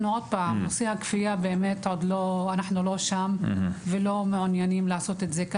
אנחנו עדיין לא עושים את זה בכפייה ואנחנו לא מעוניינים לעשות את זה,